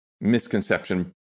misconception